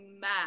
mad